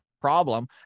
problem